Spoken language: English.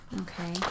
Okay